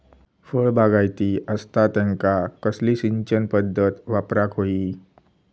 फळबागायती असता त्यांका कसली सिंचन पदधत वापराक होई?